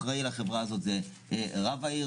אחראי לחברה הזאת זה רב העיר,